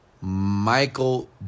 Michael